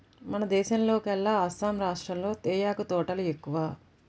మన దేశంలోకెల్లా అస్సాం రాష్టంలో తేయాకు తోటలు ఎక్కువ